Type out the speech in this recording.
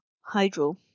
Hydro